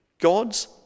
God's